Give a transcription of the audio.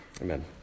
Amen